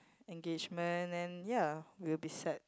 engagement then ya will be set